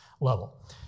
level